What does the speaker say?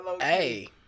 Hey